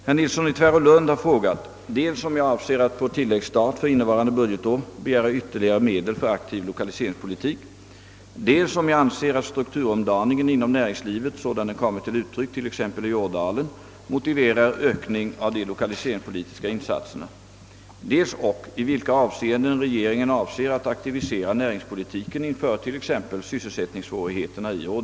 Herr talman! Herr Nilsson i Tvärålund har frågat dels om jag avser att på tilläggsstat för innevarande budgetår begära ytterligare medel för aktiv lokaliseringspolitik, dels om jag anser att strukturomdaningen inom näringslivet sådan den kommit till uttryck i t.ex. Ådalen motiverar ökning av de lokaliseringspolitiska insatserna, dels ock i vilka avseenden regeringen avser att aktivisera näringspolitiken inför t.ex. sysselsättningssvårigheterna i Ådalen.